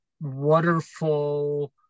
waterfall